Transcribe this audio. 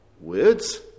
words